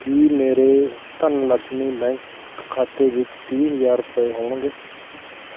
ਕੀ ਮੇਰੇ ਧਨਲਕਸ਼ਮੀ ਬੈਂਕ ਖਾਤੇ ਵਿੱਚ ਤੀਹ ਹਜ਼ਾਰ ਰੁਪਏ ਹੋਣਗੇ